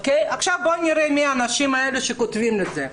עכשיו בואו נראה מי האנשים האלה שכותבים את זה.